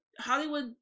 Hollywood